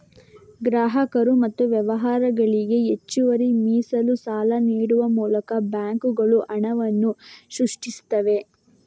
ಗ್ರಾಹಕರು ಮತ್ತು ವ್ಯವಹಾರಗಳಿಗೆ ಹೆಚ್ಚುವರಿ ಮೀಸಲು ಸಾಲ ನೀಡುವ ಮೂಲಕ ಬ್ಯಾಂಕುಗಳು ಹಣವನ್ನ ಸೃಷ್ಟಿಸ್ತವೆ